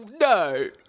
No